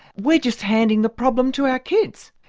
we're just handing the problem to our kids.